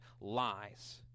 lies